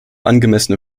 angemessene